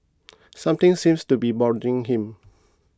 something seems to be bothering him